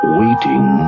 waiting